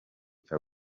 cya